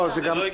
לא.